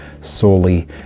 solely